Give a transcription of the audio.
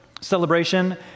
celebration